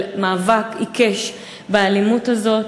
ומאבק עיקש באלימות הזאת,